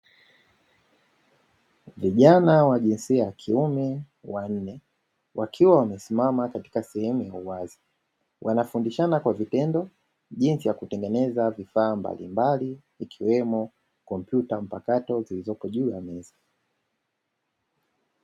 Vijana wa jinsia ya kiume wanne, wakiwa wamesimama katika sehemu ya uwazi, wanafundishana kwa vitendo jinsi ya kutengeneza vifaa mbalimbali ikiwemo kompyuta mpakato zilizoko juu ya meza.